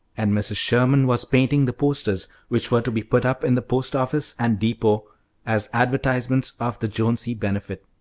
and mrs. sherman was painting the posters, which were to be put up in the post-office and depot as advertisements of the jonesy benefit.